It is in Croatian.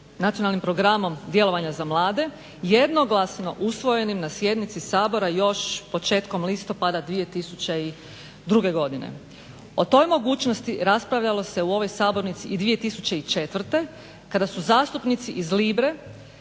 nacionalnim programom djelovanja za mlade, jednoglasno usvojenim na sjednici Sabora još početkom listopada 2002. godine. O toj mogućnosti raspravljalo se u ovoj sabornici. I 2004. kada su zastupnici iz Libre